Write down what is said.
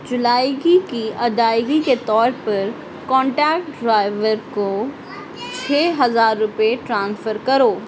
جولائیگی کی ادائیگی کے طور پر کانٹیکٹ ڈرائیور کو چھ ہزار روپئے ٹرانسفر کرو